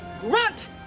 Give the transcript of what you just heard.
Grunt